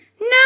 No